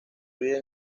vida